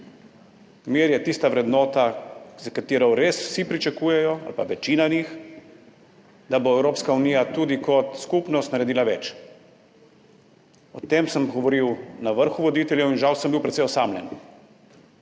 Mir je tista vrednota, za katero res vsi pričakujejo, ali pa večina njih, da bo Evropska unija tudi kot skupnost naredila več. O tem sem govoril na vrhu voditeljev in žal sem bil precej osamljen.